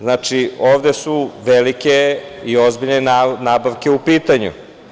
Znači, ovde su velike i ozbiljne nabavke u pitanju.